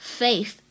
faith